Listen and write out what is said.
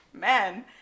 man